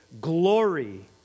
glory